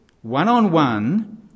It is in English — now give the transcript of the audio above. one-on-one